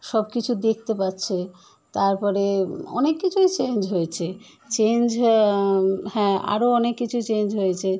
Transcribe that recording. সব কিছু দেখতে পাচ্ছে তার পরে অনেক কিছুই চেঞ্জ হয়েছে চেঞ্জ হয়ে হ্যাঁ আরও অনেক কিছু চেঞ্জ হয়েছে